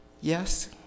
Yes